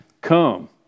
come